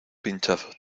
pinchazo